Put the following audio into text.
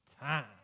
time